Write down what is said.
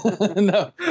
no